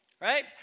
right